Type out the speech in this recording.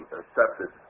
accepted